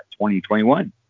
2021